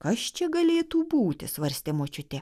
kas čia galėtų būti svarstė močiutė